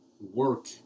work